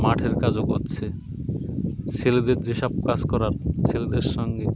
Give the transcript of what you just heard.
মাঠের কাজও করছে ছেলেদের যেসব কাজ করার ছেলেদের সঙ্গে